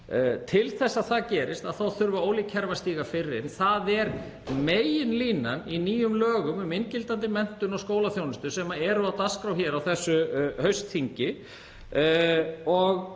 Til þess að það gerist þurfa ólík kerfi að stíga fyrr inn og það er meginlínan í nýjum lögum, um inngildandi menntun og skólaþjónustu, sem eru á dagskrá hér á þessu haustþingi.